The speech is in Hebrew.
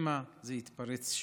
שמא זה יתפרץ שוב.